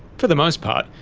for the most part,